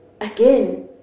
again